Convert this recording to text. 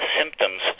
symptoms